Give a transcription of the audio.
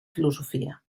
filosofia